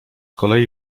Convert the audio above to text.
kolei